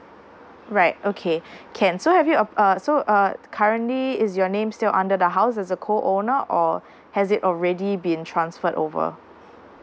right okay can so have you uh uh so uh currently is your name still under the house as a co owner or has it already been transferred over